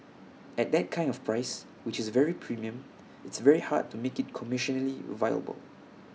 at that kind of price which is very premium it's very hard to make IT commercially viable